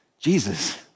jesus